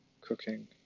cooking